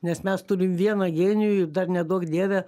nes mes turim vieną genijų ir dar neduok dieve